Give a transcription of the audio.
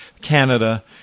Canada